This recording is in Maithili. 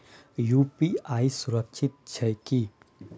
यु.पी.आई सुरक्षित छै की?